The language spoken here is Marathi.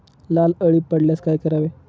लाल अळी पडल्यास काय करावे?